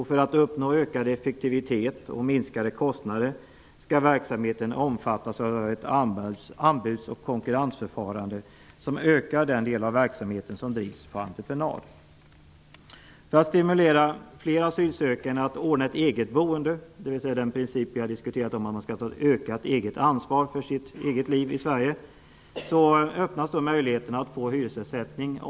För att uppnå ökad effektivitet och minskade kostnader skall verksamheten omfattas av ett anbuds och konkurrensförfarande. Det gör att den del av verksamheten som drivs på entreprenad ökar. För att stimulera fler asylsökande till att ordna ett eget boende öppnas det möjligheter för dem att få hyresersättning om de önskar bo hos släktingar eller bo på något annat sätt.